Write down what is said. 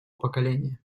поколения